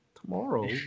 tomorrow